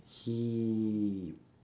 he